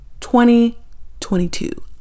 2022